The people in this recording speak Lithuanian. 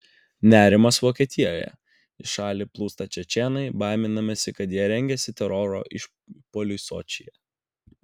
nerimas vokietijoje į šalį plūsta čečėnai baiminamasi kad jie rengiasi teroro išpuoliui sočyje